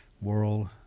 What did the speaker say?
world